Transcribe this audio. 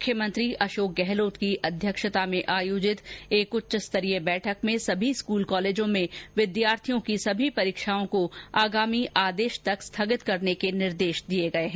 मुख्यमंत्री अशोक गहलोत की अध्यक्षता में आयोजित एक उच्चस्तरीय बैठक में समी स्कूल कॉलेजों में विद्यार्थियों की सभी परीक्षाओं को आगामी आदेश तक स्थगित करने के निर्देश दिए गए हैं